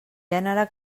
gènere